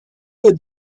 with